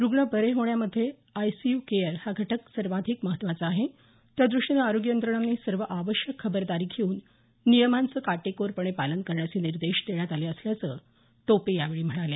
रूग्ण बरे होण्यामध्ये आयसीयु केअर हा घटक सर्वाधिक महत्वाचा आहे त्यादृष्टीने आरोग्य यंत्रणांनी सर्व आवश्यक खबरदारी घेऊन नियमांचे काटेकोरपणे पालन करण्याचे निर्देश देण्यात आले असल्याचं टोपे यावेळी म्हणाले